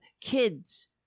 kids